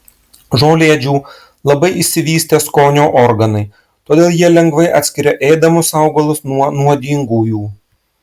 žolėdžių labai išsivystę skonio organai todėl jie lengvai atskiria ėdamus augalus nuo nuodingųjų